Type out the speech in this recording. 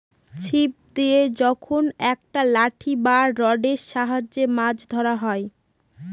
ছিপ দিয়ে যখন একটা লাঠি বা রডের সাহায্যে মাছ ধরা হয়